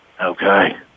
Okay